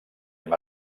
hem